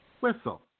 Whistle